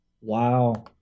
Wow